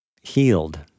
healed